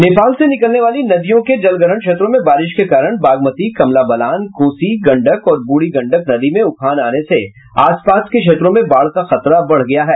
नेपाल से निकलने वाली नदियों के जलग्रहण क्षेत्रों में बारिश के कारण बागमती कमला बलान कोसी गंडक और बूढ़ी गंडक नदी में उफान आने से आस पास के क्षेत्रों में बाढ़ का खतरा बढ़ गया है